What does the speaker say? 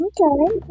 Okay